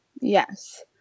Yes